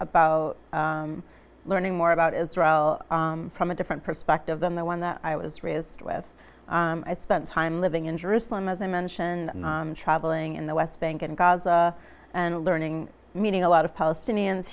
about learning more about israel from a different perspective than the one that i was raised with i spent time living in jerusalem as i mention travelling in the west bank and gaza and learning meeting a lot of palestinians